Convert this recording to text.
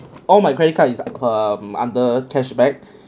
all my credit card is like um under cashback